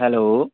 hello